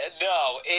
No